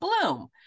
Bloom